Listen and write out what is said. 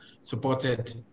supported